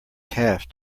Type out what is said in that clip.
calf